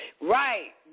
Right